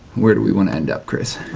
where do we want to end up chris?